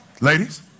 Ladies